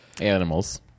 Animals